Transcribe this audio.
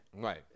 Right